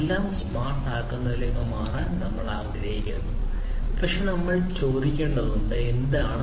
എല്ലാം സ്മാർട്ടാക്കുന്നതിലേക്ക് മാറാൻ നമ്മൾ ആഗ്രഹിക്കുന്നു പക്ഷേ ചോദ്യം എന്തുകൊണ്ടാണ് നമ്മൾ മിടുക്കരാകേണ്ടത്